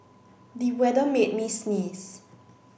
the weather made me sneeze